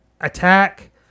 attack